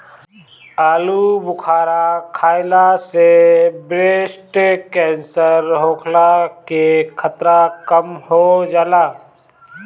आलूबुखारा खइला से ब्रेस्ट केंसर होखला के खतरा कम हो जाला